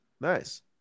nice